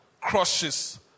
crushes